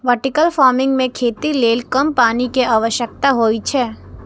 vertical farming मे खेती लेल कम पानि के आवश्यकता होइ छै